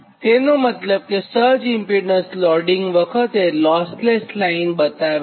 તેનો મતલબ કેતે સર્જ ઇમ્પીડન્સ લોડીંગ વખતે લોસ લેસ લાઇન બતાવે છે